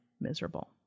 miserable